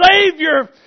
Savior